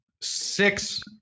six